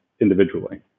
individually